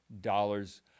dollars